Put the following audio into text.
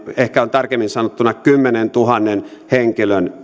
ehkä tarkemmin sanottuna kymmenentuhannen henkilön